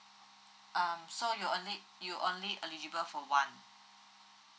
um so you only you only eligible for one